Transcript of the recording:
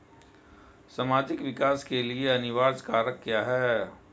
सामाजिक विकास के लिए अनिवार्य कारक क्या है?